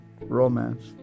romance